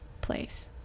place